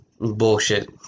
bullshit